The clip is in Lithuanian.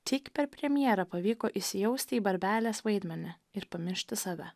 tik per premjerą pavyko įsijausti į barbelės vaidmenį ir pamiršti save